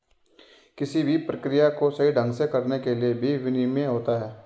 किसी भी प्रक्रिया को सही ढंग से करने के लिए भी विनियमन होता है